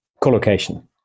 collocation